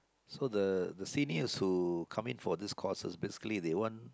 so the the seniors who come in for these courses basically they want